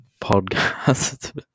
podcast